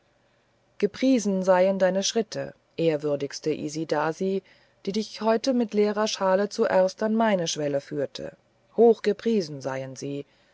gepriesen seien deine schritte ehrwürdigste isidasi die dich heute mit leerer schale zuerst an meine schwelle führten hoch gepriesen seien sie